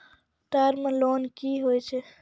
Term loan कि होय छै?